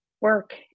work